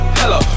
hello